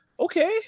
Okay